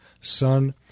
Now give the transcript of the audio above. son